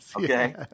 Okay